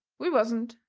we wasn't.